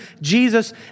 Jesus